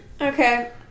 Okay